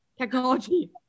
Technology